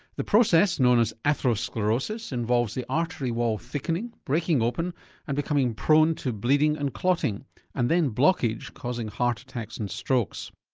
the process, known as atherosclerosis, involves the artery wall thickening, breaking open and becoming prone to bleeding and clotting and then blockage causing heart attacks and strokes.